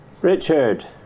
Richard